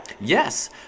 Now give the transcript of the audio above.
Yes